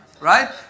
right